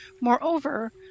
moreover